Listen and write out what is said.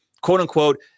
quote-unquote